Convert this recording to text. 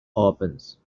opens